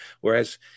Whereas